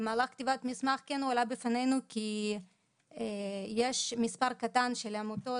במהלך כתיבת המסמך כן הועלה בפנינו שיש מספר קטן של עמותות